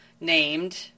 named